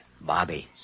Bobby